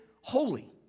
holy